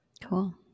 Cool